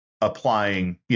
applying